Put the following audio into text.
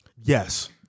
Yes